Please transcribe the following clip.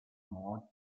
more